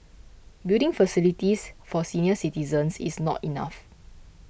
building facilities for senior citizens is not enough